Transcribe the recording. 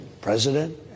president